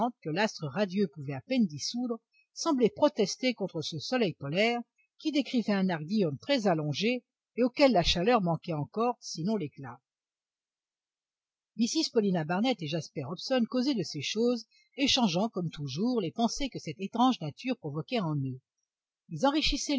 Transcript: que l'astre radieux pouvait à peine dissoudre semblaient protester contre ce soleil polaire qui décrivait un arc diurne très allongé et auquel la chaleur manquait encore sinon l'éclat mrs paulina barnett et jasper hobson causaient de ces choses échangeant comme toujours les pensées que cette étrange nature provoquait en eux ils